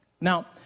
Now